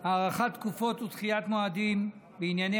הארכת תקופות ודחיית מועדים בענייני